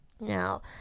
Now